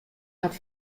hat